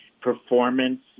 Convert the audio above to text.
performance